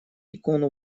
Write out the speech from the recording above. икону